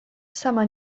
sama